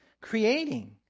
creating